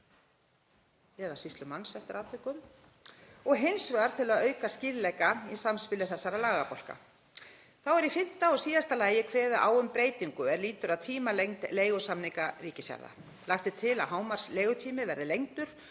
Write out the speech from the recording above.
eða sýslumanns eftir atvikum, og hins vegar til að auka skýrleika í samspili þessara lagabálka. Í fimmta og síðasta lagi er kveðið á um breytingu er lýtur að tímalengd leigusamninga ríkisjarða. Lagt er til að hámarksleigutími verði lengdur